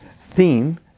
theme